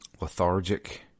lethargic